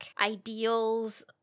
ideals